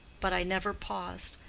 but i never paused.